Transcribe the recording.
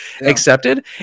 accepted